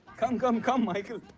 come, come come michael.